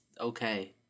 okay